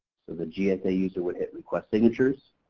so the gsa user would hit request signatures.